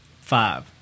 Five